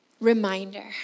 reminder